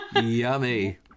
Yummy